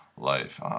life